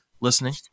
listening